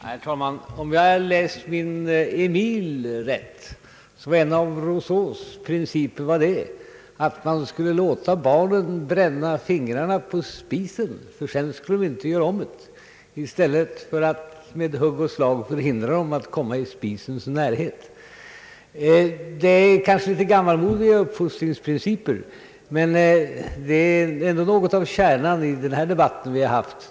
Herr talman! Om jag har läst min »Emile» rätt var en av Rousseaus principer att man skulle låta barnen bränna fingrarna på spisen — ty sedan skulle de inte göra om det — i stället för att med hugg och slag hindra dem att komma i spisens närhet. Det är kanske en litet gammalmodig uppfost Ang. allmänna handlingars offentlighet ringsprincip, men det är ändå något av kärnan i den debatt vi har fört.